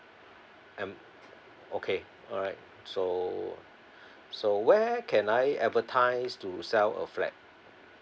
um okay alright so so where can I advertise to sell a flat